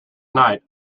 night